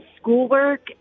schoolwork